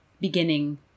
beginning